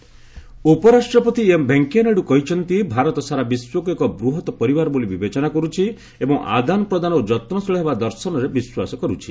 vice president ଉପରାଷ୍ଟ୍ରପତି M Venkaiah Naidu କହିଛନ୍ତି ଭାରତ ସାରା ବିଶ୍ୱକୁ ଏକ ବୃହତ ପରିବାର ବୋଲି ବିବେଚନା କରୁଛି ଏବଂ ଆଦାନପ୍ରଦାନ ଓ ଯତ୍ନଶିଳ ହେବା ଦର୍ଶନରେ ବିଶ୍ୱାସ କରୁଛି